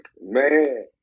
Man